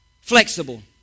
Flexible